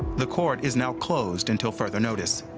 the court is now closed until further notice.